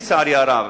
לצערי הרב.